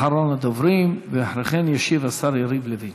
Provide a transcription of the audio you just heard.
אחרון הדוברים, ואחרי כן ישיב השר יריב לוין